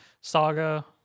Saga